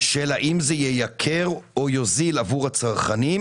של האם זה ייקר או יוזיל עבור הצרכנים,